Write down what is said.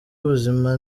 ubuzima